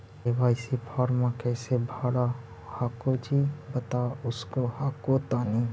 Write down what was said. KYC फॉर्मा कैसे भरा हको जी बता उसको हको तानी?